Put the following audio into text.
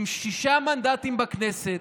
עם שישה מנדטים בכנסת,